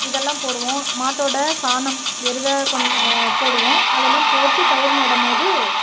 இதெல்லாம் போடுவோம் மாட்டோடய சாணம் எருவை கொண்டு போடுவோம் அதெல்லாம் போட்டு பயிர் நடும்போது